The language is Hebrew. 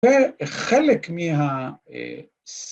‫וחלק מה... אה... ס...